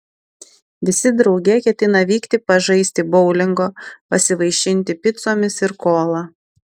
visi drauge ketina vykti pažaisti boulingo pasivaišinti picomis ir kola